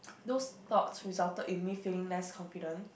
those thoughts resulted in me felling less confident